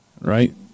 Right